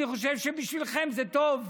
אני חושב שבשבילכם זה טוב.